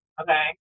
okay